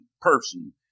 person